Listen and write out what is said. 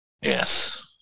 yes